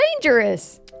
Dangerous